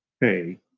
hey